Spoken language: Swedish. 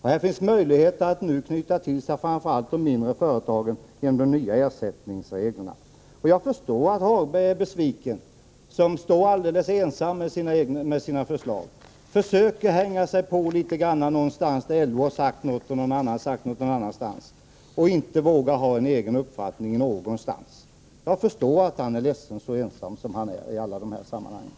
Här finns möjligheter genom de nya ersättningsreglerna att till företagshälsovården knyta framför allt de mindre företagen. Jag förstår att Lars-Ove Hagberg, som står alldeles ensam med sina förslag, är besviken. Han försöker haka på litet grand någonstans där LO sagt något och när någon annan sagt något någon annanstans men vågar inte ha en egen uppfattning. Jag förstår att han är ledsen, så ensam som han är i alla de här sammanhangen.